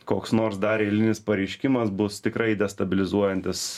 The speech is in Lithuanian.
koks nors dar eilinis pareiškimas bus tikrai destabilizuojantis